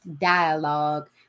dialogue